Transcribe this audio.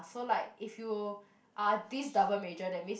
so like if you are these double major that means